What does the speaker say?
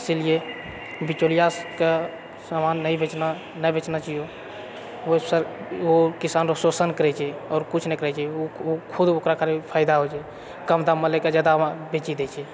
ईसीलिए बिचौलियाके समान नहि बेचना नहि बेचना चहियो ओ किसान रऽ शोषण करैत छै आओर किछु ने करैत छै खुद ओकरा खाली फयदा होइत छै कम दाममे लए कऽ जादामे बेची दए छै